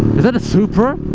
is that a supra?